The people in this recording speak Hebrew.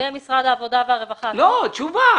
במשרד העבודה והרווחה עצמו?